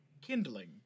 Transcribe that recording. kindling